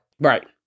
right